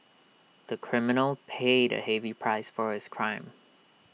the criminal paid A heavy price for his crime